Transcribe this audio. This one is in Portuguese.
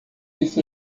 isso